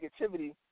negativity